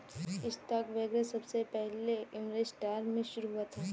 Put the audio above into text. stock brokerage सबसे पहले Amsterdam में शुरू हुआ था